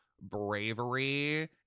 bravery